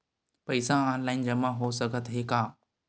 पईसा ऑनलाइन जमा हो साकत हे का?